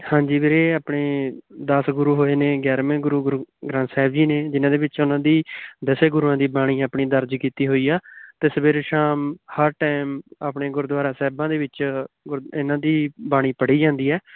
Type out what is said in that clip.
ਹਾਂਜੀ ਵੀਰੇ ਆਪਣੇ ਦਸ ਗੁਰੂ ਹੋਏ ਨੇ ਗਿਆਰ੍ਹਵੇਂ ਗੁਰੂ ਗੁਰੂ ਗ੍ਰੰਥ ਸਾਹਿਬ ਜੀ ਨੇ ਜਿਹਨਾਂ ਦੇ ਵਿੱਚ ਉਹਨਾਂ ਦੀ ਦਸੇ ਗੁਰੂਆਂ ਦੀ ਬਾਣੀ ਆਪਣੀ ਦਰਜ ਕੀਤੀ ਹੋਈ ਆ ਅਤੇ ਸਵੇਰੇ ਸ਼ਾਮ ਹਰ ਟਾਈਮ ਆਪਣੇ ਗੁਰਦੁਆਰਾ ਸਾਹਿਬਾਂ ਦੇ ਵਿੱਚ ਇਹਨਾਂ ਦੀ ਬਾਣੀ ਪੜ੍ਹੀ ਜਾਂਦੀ ਹੈ